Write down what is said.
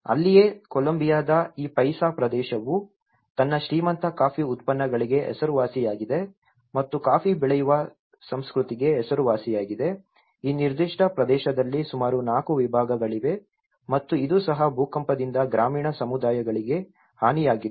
ಅಲ್ಲಿಯೇ ಕೊಲಂಬಿಯಾದ ಈ ಪೈಸಾ ಪ್ರದೇಶವು ತನ್ನ ಶ್ರೀಮಂತ ಕಾಫಿ ಉತ್ಪನ್ನಗಳಿಗೆ ಹೆಸರುವಾಸಿಯಾಗಿದೆ ಮತ್ತು ಕಾಫಿ ಬೆಳೆಯುವ ಸಂಸ್ಕೃತಿಗೆ ಹೆಸರುವಾಸಿಯಾದ ಈ ನಿರ್ದಿಷ್ಟ ಪ್ರದೇಶದಲ್ಲಿ ಸುಮಾರು 4 ವಿಭಾಗಗಳಿವೆ ಮತ್ತು ಇದು ಸಹ ಭೂಕಂಪದಿಂದ ಗ್ರಾಮೀಣ ಸಮುದಾಯಗಳಿಗೆ ಹಾನಿಯಾಗಿದೆ